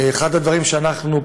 אחד הדברים שפעלנו,